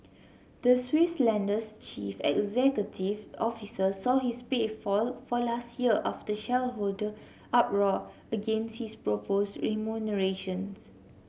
the Swiss lender's chief executive officer saw his pay fall for last year after shareholder uproar against his proposed remunerations